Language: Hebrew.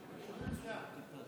שומעים מצוין.